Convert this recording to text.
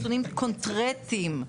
נתונים קונקרטיים לנושא זיהום אוויר.